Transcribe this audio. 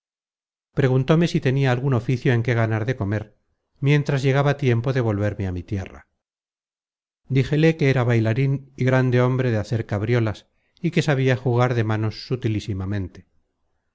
preguntóme si tenia algun oficio en que ganar de comer mientras llegaba tiempo de volverme á mi tierra díjele que era bailarin y grande hombre de hacer cabriolas y que sabia jugar de manos